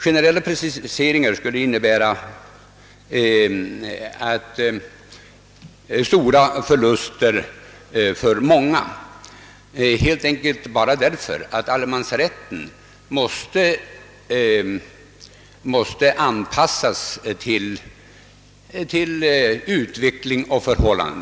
Generella preciseringar är olämpliga då förhållandena är så olika i skilda delar av landet.